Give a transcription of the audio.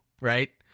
right